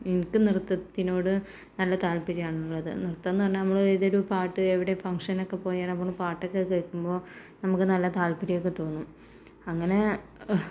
എനിക്ക് നൃത്തത്തിനോട് നല്ല താത്പര്യമാണുള്ളത് നൃത്തമെന്ന് പറഞ്ഞാൽ നമ്മളേതെങ്കിലും ഒരു പാട്ട് എവിടെ ഫംഗ്ഷനൊക്കെ പോയാൽ നമ്മൾ പാട്ടൊക്കെ കേൾക്കുമ്പോൾ നമുക്ക് നല്ല താത്പര്യം ഒക്കെ തോന്നും അങ്ങനെ